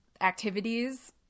activities